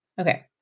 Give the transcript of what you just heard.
Okay